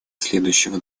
следующего